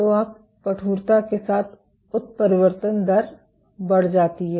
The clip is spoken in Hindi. तो आप कठोरता के साथ उत्परिवर्तन दर बढ़ जाती है